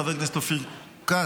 חבר הכנסת אופיר כץ,